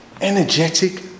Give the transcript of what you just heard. energetic